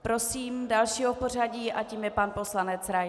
Prosím dalšího v pořadí a tím je pan poslanec Rais.